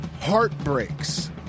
heartbreaks